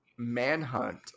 manhunt